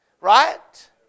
right